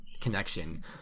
connection